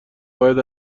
باید